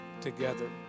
together